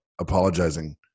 apologizing